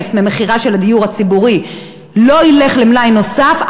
ממכירה של הדיור הציבור ילך למלאי נוסף,